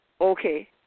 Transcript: okay